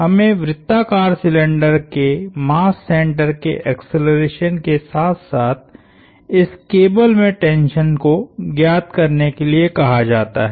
हमें वृत्ताकार सिलिंडर के मास सेंटर के एक्सेलरेशन के साथ साथ इस केबल में टेंशन को ज्ञात करने के लिए कहा जाता है